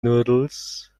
noodles